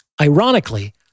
Ironically